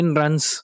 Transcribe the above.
runs